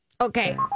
Okay